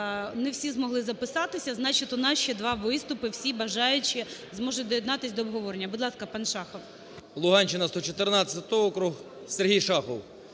Не всі змогли записатися, значить, у нас ще два виступи, всі бажаючі зможуть доєднатися до обговорення. Будь ласка, пан Шахов. 17:53:28 ШАХОВ С.В. Луганщина, 114 округ, Сергій Шахов.